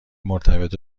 مرتبط